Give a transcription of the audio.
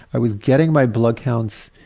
i was getting my blood counts,